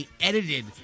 edited